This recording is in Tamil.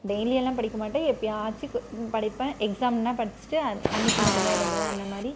டெய்லியெல்லாம் படிக்க மாட்டேன் எப்பயாச்சும் படிப்பேன் எக்ஸாம்னா படிச்சுட்டு அன்னைக்கு மட்டும்தான் எழுதுவேன் அந்தமாதிரி